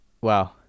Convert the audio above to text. Wow